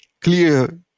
clear